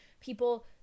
people